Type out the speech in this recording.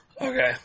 Okay